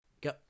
Go